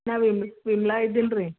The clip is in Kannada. ನಾವೇನು ವಿಮಲಾ ಇದ್ದಿಲ್ಲ ರೀ